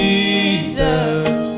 Jesus